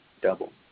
double